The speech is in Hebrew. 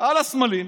על הסמלים,